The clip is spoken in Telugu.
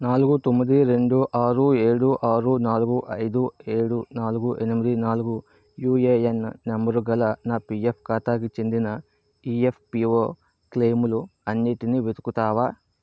నాలుగు తొమ్మిది రెండు ఆరు ఏడు ఆరు నాలుగు ఐదు ఏడు నాలుగు ఎనిమిది నాలుగు యుఏఎన్ నంబరుగల నా పిఎఫ్ ఖాతాకి చెందిన ఈఎఫ్పిఓ క్లెయిములు అన్నిటినీ వెతుకుతావా